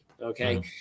okay